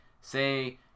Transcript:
say